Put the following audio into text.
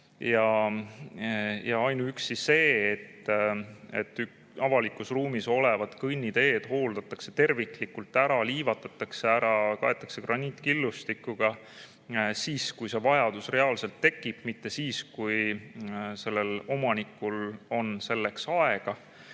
Ja ainuüksi see, et avalikus ruumis olevad kõnniteed hooldatakse terviklikult ära, liivatatakse või kaetakse graniitkillustikuga mitte siis, kui see vajadus reaalselt tekib, vaid siis, kui omanikul on selleks aega